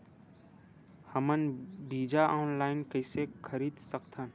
हमन बीजा ऑनलाइन कइसे खरीद सकथन?